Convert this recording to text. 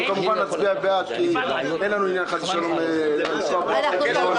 אנחנו כמובן נצביע בעד כי אין לנו חס ושלום עניין לפגוע בהעברה.